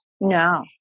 no